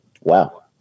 Wow